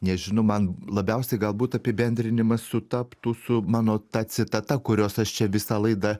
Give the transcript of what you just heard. nežinau man labiausiai galbūt apibendrinimas sutaptų su mano ta citata kurios aš čia visą laidą